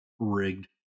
Rigged